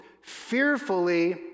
fearfully